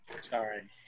Sorry